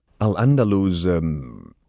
Al-Andalus